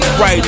Right